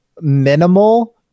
minimal